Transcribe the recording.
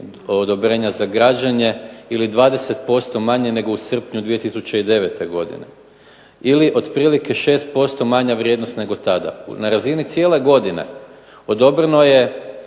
odobrenja za građenje, ili 20% manje nego u srpnju 2009. godine ili otprilike 6% manja vrijednost nego tada. Na razini cijele godine odobreno je